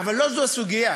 אבל לו זו הסוגיה.